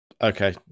Okay